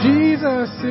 Jesus